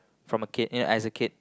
from a kid eh as a kid